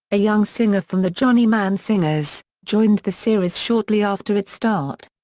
a young singer from the johnny mann singers, joined the series shortly after its start.